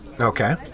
Okay